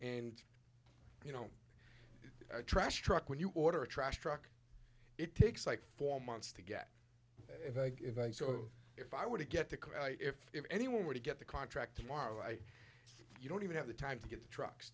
and you know trash truck when you order a trash truck it takes like four months to get there so if i were to get the if anyone were to get the contract tomorrow i don't even have the time to get the trucks